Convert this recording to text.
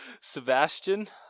Sebastian